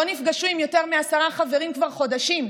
לא נפגשו עם יותר מעשרה חברים כבר חודשים,